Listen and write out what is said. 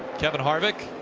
kevin harvick